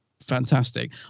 fantastic